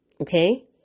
Okay